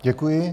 Děkuji.